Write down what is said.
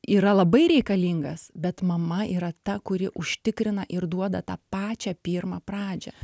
yra labai reikalingas bet mama yra ta kuri užtikrina ir duoda tą pačią pirmą pradžią